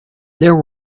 there